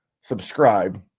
subscribe